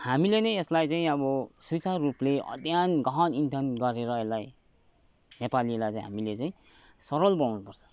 हामीले नै यसलाई चाहिँ अब स्वेच्छारुपले अध्ययन गहन चिन्तन गरेर यसलाई नेपालीलाई चाहिँ हामीले चाहिँ सरल बनाउनु पर्छ